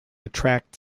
attract